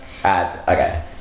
Okay